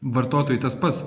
vartotojui tas pats